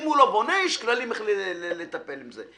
אם הוא לא בונה, יש כללים איך לטפל בזה.